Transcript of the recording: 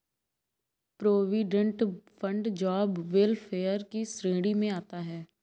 provident fund job welfare की श्रेणी में आता है